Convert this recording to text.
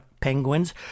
Penguins